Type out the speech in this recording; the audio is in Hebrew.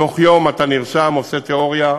בתוך יום אתה נרשם, עושה תיאוריה,